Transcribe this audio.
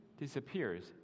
disappears